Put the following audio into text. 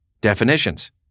Definitions